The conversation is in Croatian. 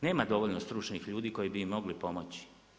Nema dovoljno stručnih ljudi koji bi im mogli pomoći.